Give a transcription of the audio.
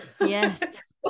yes